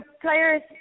players